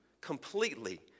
completely